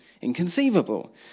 inconceivable